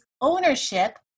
ownership